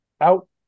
Out